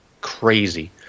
crazy